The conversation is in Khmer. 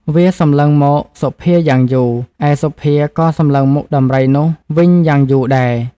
វា សម្លឹងមកសុភាយ៉ាងយូរ ឯសុភាក៏សម្លឹងមុខដំរីនោះវិញយ៉ាងយូរដែរ។